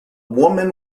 woman